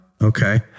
Okay